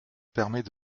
permet